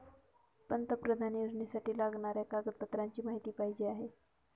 पंतप्रधान योजनेसाठी लागणाऱ्या कागदपत्रांची माहिती पाहिजे आहे